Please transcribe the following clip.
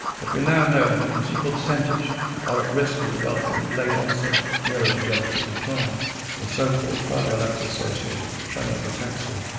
but we now know that a considerable percentage are at risk of developing late-onset neurodegenerative decline the so-called fragile x associated tremor ataxia.